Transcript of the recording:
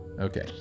Okay